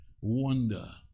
Wonder